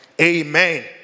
amen